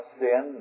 sin